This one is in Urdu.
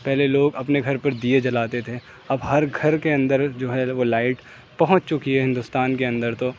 پہلے لوگ اپنے گھر پر دیے جلاتے تھے اب ہر گھر کے اندر جو ہے وہ لائٹ پہنچ چکی ہے ہندوستان کے اندر تو